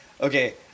okay